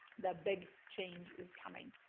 the big change is coming.